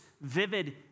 vivid